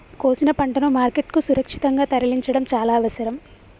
కోసిన పంటను మార్కెట్ కు సురక్షితంగా తరలించడం చాల అవసరం